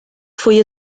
foi